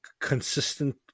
consistent